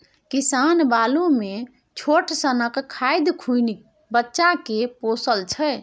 किसान बालु मे छोट सनक खाधि खुनि बच्चा केँ पोसय छै